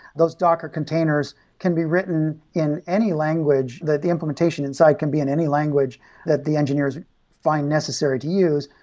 those docker containers can be written in any language that the implementation inside can be in any language that the engineers find necessary to use.